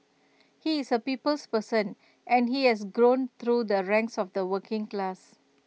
he is A people's person and he has grown through the ranks of the working class